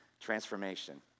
transformation